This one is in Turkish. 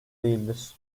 değildir